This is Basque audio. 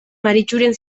maritxuren